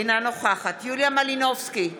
אינה נוכחת יוליה מלינובסקי קונין,